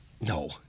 No